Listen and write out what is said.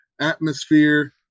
atmosphere